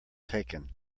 taken